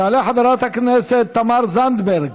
תעלה חברת הכנסת תמר זנדברג.